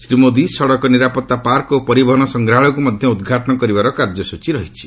ଶ୍ରୀ ମୋଦି ସଡକ ନିରାପତ୍ତା ପାର୍କ ଓ ପରିବହନ ସଂଗ୍ରହାଳୟକୁ ମଧ୍ୟ ଉଦ୍ଘାଟନ କରିବାର କାର୍ଯ୍ୟସୂଚୀ ରହିଛି